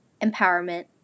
empowerment